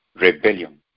Rebellion